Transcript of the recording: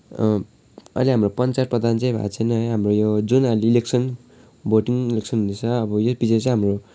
अहिले हाम्रो पञ्चायत प्रधान चाहिँ भएको छैन है हाम्रो यो जुन अहिले इलेक्सन भोटिङ इलेक्सन हुँदैछ अब यो पछि चाहिँ हाम्रो